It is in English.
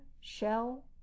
shell